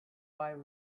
five